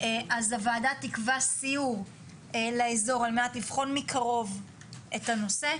הוועדה תקבע סיור לאזור על מנת לבחון מקרוב את הנושא,